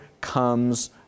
comes